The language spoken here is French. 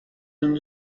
des